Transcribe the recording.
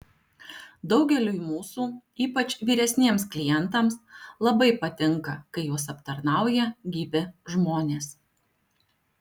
daugeliui mūsų ypač vyresniems klientams labai patinka kai juos aptarnauja gyvi žmonės